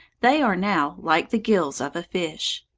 they are now like the gills of a fish.